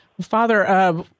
Father—